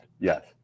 Yes